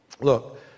Look